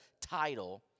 title